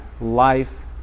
life